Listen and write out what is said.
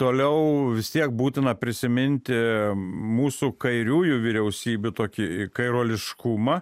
toliau vis tiek būtina prisiminti mūsų kairiųjų vyriausybių tokį kairoliškumą